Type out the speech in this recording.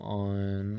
on